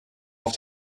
auf